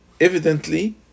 Evidently